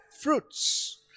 fruits